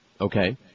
Okay